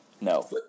No